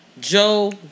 Joe